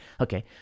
Okay